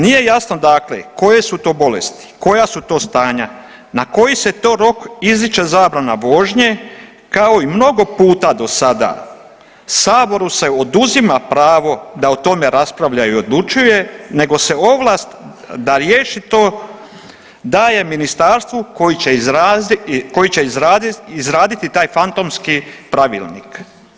Nije jasno dakle koje su to bolesti, koja su to stanja, na koji se to rok izriče zabrana vožnje kao i mnogo puta do sada Saboru se oduzima pravo da o tome raspravlja i odlučuje nego se ovlast da riješi to daje ministarstvu koji će izraditi taj fantomski pravilnik.